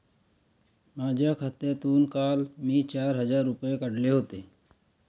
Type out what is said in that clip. माझ्या खात्यातून काल मी चार हजार रुपये काढले होते